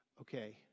okay